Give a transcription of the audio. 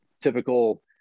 typical